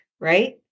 right